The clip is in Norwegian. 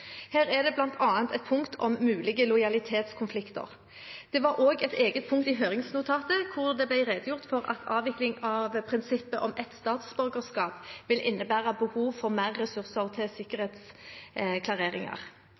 Her er det bl.a. et punkt om mulige lojalitetskonflikter. Det var også et eget punkt i høringsnotatet hvor det ble redegjort for at avvikling av prinsippet om ett statsborgerskap vil innebære behov for mer ressurser til